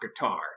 guitar